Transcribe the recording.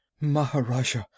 Maharaja